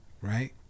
right